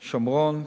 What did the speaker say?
שומרון,